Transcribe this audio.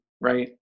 right